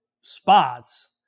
spots